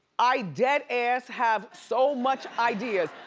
i dead ass have so much ideas.